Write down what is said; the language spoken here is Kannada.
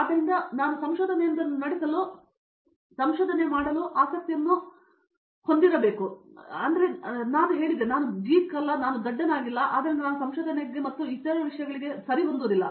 ಆದ್ದರಿಂದ ನನ್ನ ದೃಷ್ಟಿಕೋನದಿಂದ ಕೂಡಾ ನನ್ನ ತಂದೆ ಸಂಶೋಧನೆಗಾಗಿ ಹೋಗಬೇಕೆಂದು ಸೂಚಿಸಿದರು ನಾನು ಹೇಳಿದೆ ನಾನು ಗೀಕ್ ಇಲ್ಲ ನಾನು ದಡ್ಡನಾಗಿಲ್ಲ ಆದ್ದರಿಂದ ನಾನು ಸಂಶೋಧನೆಗೆ ಮತ್ತು ಎಲ್ಲ ವಿಷಯಗಳಿಗೆ ಸರಿಹೊಂದುವುದಿಲ್ಲ